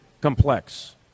complex